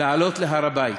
לעלות להר-הבית.